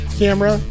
camera